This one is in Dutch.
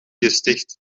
gesticht